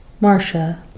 Marcia